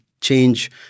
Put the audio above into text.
change